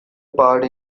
part